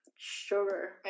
Sugar